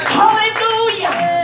hallelujah